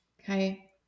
okay